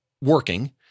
working